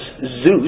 Zeus